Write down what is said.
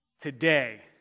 Today